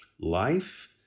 life